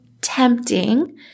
tempting